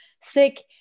sick